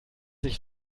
sich